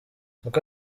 uko